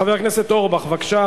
חבר הכנסת אורי אורבך, בבקשה.